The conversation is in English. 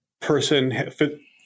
person